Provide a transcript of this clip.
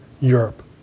Europe